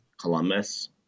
Columbus